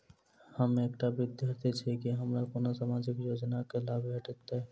हम एकटा विद्यार्थी छी, की हमरा कोनो सामाजिक योजनाक लाभ भेटतय?